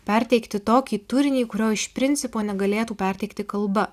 perteikti tokį turinį kurio iš principo negalėtų perteikti kalba